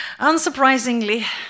Unsurprisingly